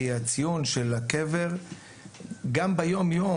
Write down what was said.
כי גם ביום יום,